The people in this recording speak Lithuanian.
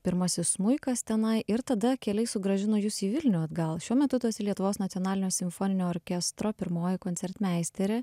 pirmasis smuikas tenai ir tada keliai sugrąžino jus į vilnių atgal šiuo metu tu esi lietuvos nacionalinio simfoninio orkestro pirmoji koncertmeisterė